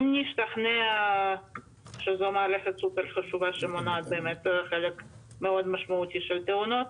אם נשתכנע שזו מערכת סופר חשובה שמונעת באמת חלק משמעותי מאוד מהתאונות,